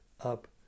up